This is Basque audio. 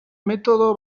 metodo